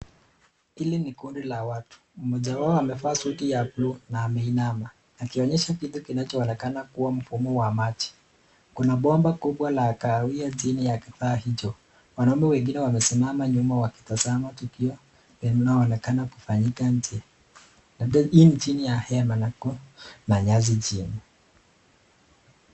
Ili ni kundi la watu, Mmoja wao amevaa suti ya bluu na ameinama akionyesha kile kinachooneka kuwa mfumo wa maji, kuna bomba kubwa la kawia chini ya kifaa hicho, wanaume wengine wamesimama nyuma wakitazama tukio linaonekana kufanyika nje, hii ni chini ya hema na nyasi chini.